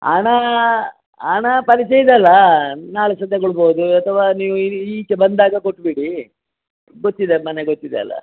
ಹಣ ಹಣ ಕಳಿಸಿದಲ ನಾಳೆ ಸಂಜೆ ಕೊಡ್ಬೌದು ಅಥ್ವ ನೀವು ಈಚೆ ಬಂದಾಗ ಕೊಟ್ಬಿಡಿ ಗೊತ್ತಿದೆ ಮನೆ ಗೊತ್ತಿದೆ ಅಲ್ಲ